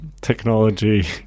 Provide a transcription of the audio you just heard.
technology